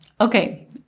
okay